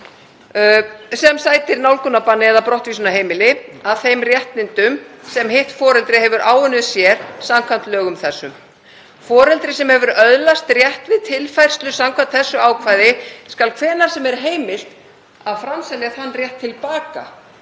sem sætir nálgunarbanni eða brottvísun af heimili að þeim réttindum sem hitt foreldrið hefur áunnið sér samkvæmt lögum þessum. Foreldri sem hefur öðlast rétt við tilfærslu samkvæmt þessu ákvæði skal hvenær sem er heimilt að framselja þann rétt aftur